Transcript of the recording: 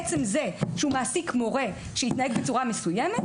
עצם זה שהוא מעסיק מורה שהתנהג בצורה מסוימת,